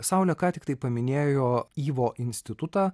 saulė ką tik tai paminėjo yvo institutą